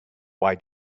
why